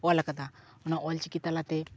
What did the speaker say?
ᱚᱞ ᱟᱠᱟᱫᱟ ᱚᱱᱟ ᱚᱞ ᱪᱤᱠᱤ ᱛᱟᱞᱟᱛᱮ